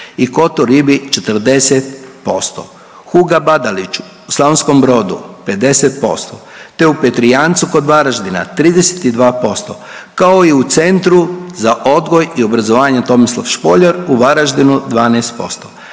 i Kotoribi 40%, Huga Badaliću u Slavonskom Brodu 50% te u Petrijancu kod Varaždina 32% kao i u Centru za odgoj i obrazovanje Tomislav Špoljar u Varaždinu 12%.